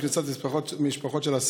1. כיצד מאפשרים כניסת משפחות של אסירים